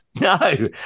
No